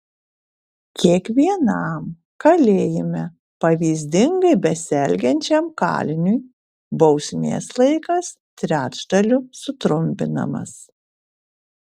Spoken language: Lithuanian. kiekvienam kalėjime pavyzdingai besielgiančiam kaliniui bausmės laikas trečdaliu sutrumpinamas